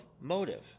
motive